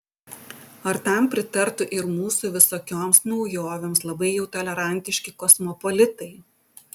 ar tam pritartų ir mūsų visokioms naujovėms labai jau tolerantiški kosmopolitai